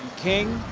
king.